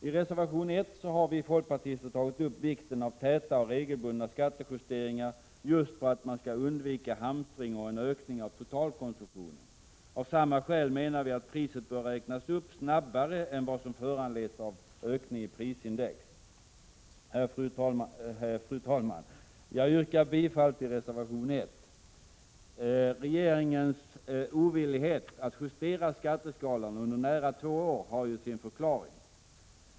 I reservation 1 har vi folkpartister tagit upp vikten av täta och regelbundna skattejusteringar just för att man skall undvika hamstring och en ökning av totalkonsumtionen. Av samma skäl menar vi att priset bör räknas upp snabbare än vad som föranleds av ökningarna av prisindex. Fru talman! Jag yrkar bifall till reservation 1. Regeringens ovillighet att justera skatteskalorna under nära två år hade ju sin förklaring.